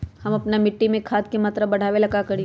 हम अपना मिट्टी में खाद के मात्रा बढ़ा वे ला का करी?